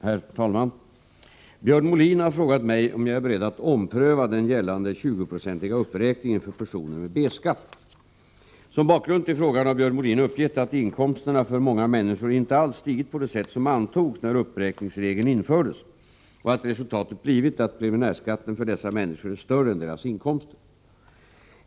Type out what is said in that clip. Herr talman! Björn Molin har frågat mig om jag är beredd att ompröva den gällande 20-procentiga uppräkningen för personer med B-skatt. Som bakgrund till frågan har Björn Molin uppgett att inkomsterna för många människor inte alls stigit på det sätt som antogs när uppräkningsregeln infördes och att resultatet blivit att preliminärskatten för dessa människor är större än deras inkomster.